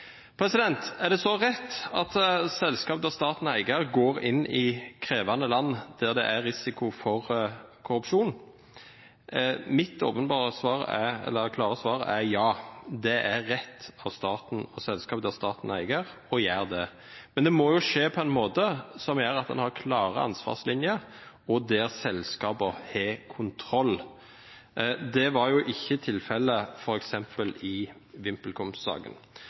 Er det så rett at selskap der staten er eier, går inn i krevende land der det er risiko for korrupsjon? Mitt klare svar er ja, det er rett av selskap der staten er eier, å gjøre det, men det må skje på en måte som gjør at man har klare ansvarslinjer, og at selskapene har kontroll. Det var ikke tilfellet i f.eks. VimpelCom-saken. Næringskomiteen var i